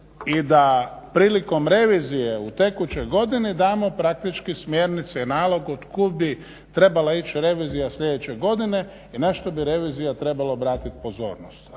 i da prilikom revizije u tekućoj godini damo praktički smjernice i nalog od kud bi trebala ići revizija sljedeće godine i na što bi Revizija trebala obratiti pozornost